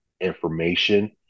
information